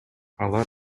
алар